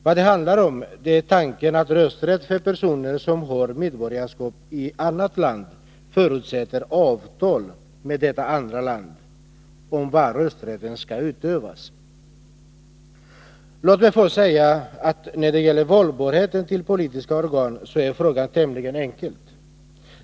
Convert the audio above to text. Vad det handlar om är tanken att rösträtt för personer som har medborgarskap i annat land förutsätter avtal med det andra land om var rösträtten skall utövas. Låt mig först säga, att när det gäller valbarhet till politiska organ, så är frågan tämligen enkel.